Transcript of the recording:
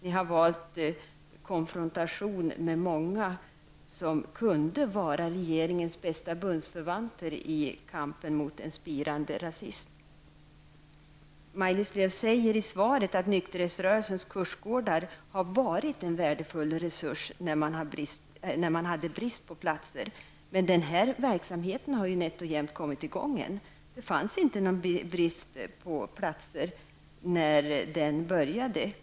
Ni har valt konfrontation med många av dem som kunde vara regeringens bästa bundsförvanter i kampen mot en spirande rasism. Maj-Lis Lööw säger i svaret att nykterhetsrörelsens kursgårdar har ''varit en värdefull resurs'' när det var brist på platser. Men den här verksamheten har ju nätt och jämt kommit i gång! Det fanns inte någon brist på platser när kursverksamheten startade.